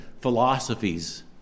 philosophies